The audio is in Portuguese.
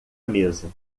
mesa